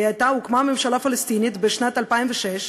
הוקמה ממשלה פלסטינית בשנת 2006,